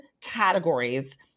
categories